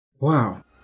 Wow